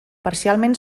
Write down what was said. parcialment